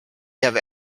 have